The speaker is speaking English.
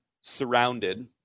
surrounded